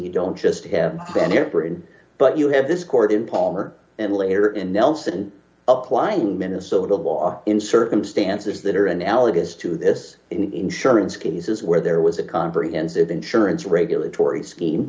you don't just have been there for in but you have this court in palmer and later in nelson applying minnesota law in circumstances that are analogous to this insurance cases where there was a comprehensive insurance regulatory scheme